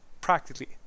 practically